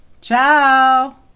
Ciao